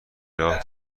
راه